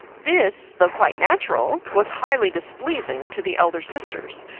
this, though quite natural, was highly displeasing to the elder sisters,